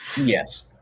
Yes